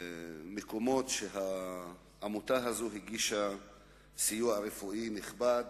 מקומות שבהם העמותה הזאת הגישה סיוע רפואי נכבד,